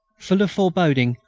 full of foreboding,